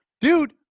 dude